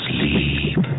Sleep